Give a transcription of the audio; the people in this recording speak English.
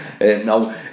no